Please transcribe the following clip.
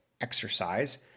exercise